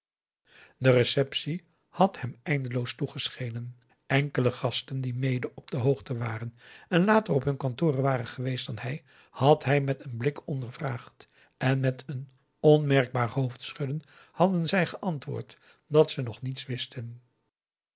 de receptie had hem eindeloos toegeschenen enkele gasten die mede op de hoogte waren en later op hun kantoren waren geweest dan hij had hij met een blik ondervraagd en met een onmerkbaar hoofdschudden hadden zij geantwoord dat ze nog niets wisten